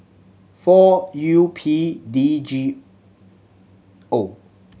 four U P D G O